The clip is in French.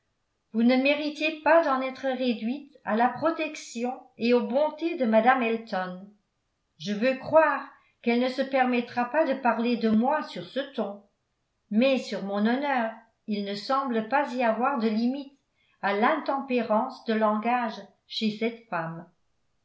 vous ne méritiez pas d'en être réduite à la protection et aux bontés de mme elton je veux croire qu'elle ne se permettra pas de parler de moi sur ce ton mais sur mon honneur il ne semble pas y avoir de limites à l'intempérance de langage chez cette femme